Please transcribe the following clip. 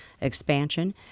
expansion